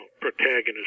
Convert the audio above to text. protagonist